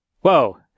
Whoa